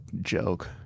joke